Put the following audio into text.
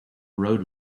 road